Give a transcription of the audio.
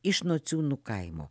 iš nociūnų kaimo